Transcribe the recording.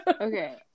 Okay